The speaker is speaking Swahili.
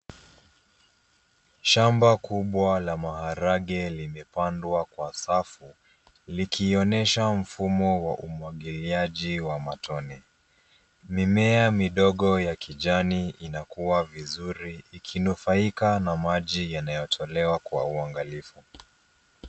Shamba kubwa la maharage limepandwa kwa safu likionyesha mfumo wa umwagiliaji wa matone. Mimea midogo ya kijani inakua vizuri ikinufaika na maji yanayotolewa kwa uangalifu.